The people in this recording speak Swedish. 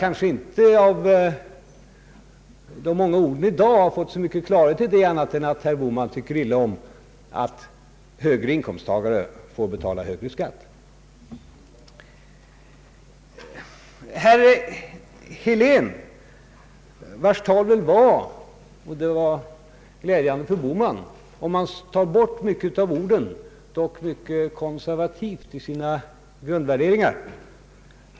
Av de många orden i dag har jag inte fått så mycket klarhet om detta annat än att herr Bohman tycker illa om att högre inkomsttagare får betala högre skatt. Herr Heléns tal var — vilket väl är glädjande för herr Bohman — mycket konservativt i grundvärderingarna.